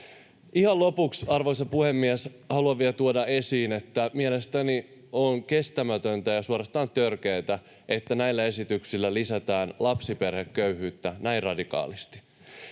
Ihan lopuksi, arvoisa puhemies, haluan vielä tuoda esiin, että mielestäni on kestämätöntä ja suorastaan törkeätä, että näillä esityksillä lisätään lapsiperheköyhyyttä näin radikaalisti.